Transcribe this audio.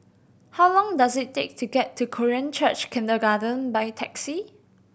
how long does it take to get to Korean Church Kindergarten by taxi